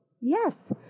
Yes